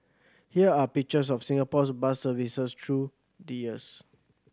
here are pictures of Singapore's bus services through the years